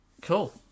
Cool